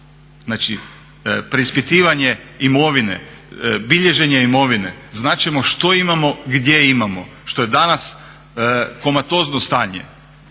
znači preispitivanje imovine, bilježenje imovine, znat ćemo što imamo i gdje imamo što je danas komatozno stanje